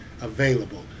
available